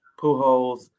Pujols